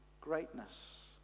greatness